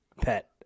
pet